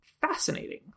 Fascinating